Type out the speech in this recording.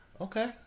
Okay